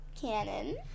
cannon